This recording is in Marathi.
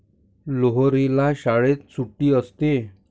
लोहरीला शाळेत सुट्टी असते